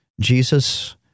Jesus